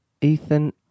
Ethan